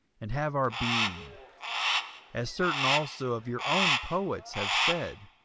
and have our being as certain also of your own poets have said,